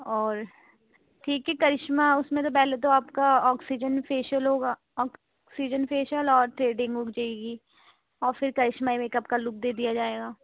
اور ٹھیک ہے کرشمہ اس میں سے پہلے تو آپ کا آکسیجن فیشیل ہوگا آکسیجن فیشیل اور تھریڈنگ ہو جائے گی اور پھر کرشمہ میک اپ کا لک دے دیا جائے گا